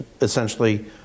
essentially